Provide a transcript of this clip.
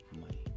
money